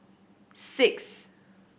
six